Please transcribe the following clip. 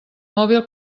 mòbil